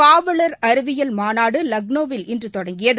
காவலர் அறிவியல் மாநாடுலக்னோவில் இன்றுதொடங்கியது